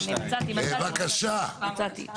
מצאתי, מצאתי.